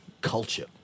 culture